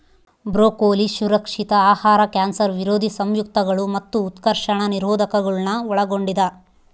broccoli ಸುರಕ್ಷಿತ ಆಹಾರ cancer ವಿರೋಧಿ ಸಂಯುಕ್ತಗಳು ಮತ್ತು ಉತ್ಕರ್ಷಣ ನಿರೋಧಕಗುಳ್ನ ಒಳಗೊಂಡಿದ